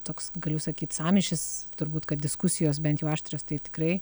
toks galiu sakyt sąmyšis turbūt kad diskusijos bent jau aštrios tai tikrai